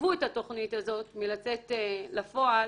שעיכבו את התכנית הזאת מלצאת לפועל,